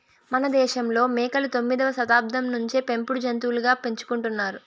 మనదేశంలో మేకలు తొమ్మిదవ శతాబ్దం నుంచే పెంపుడు జంతులుగా పెంచుకుంటున్నారు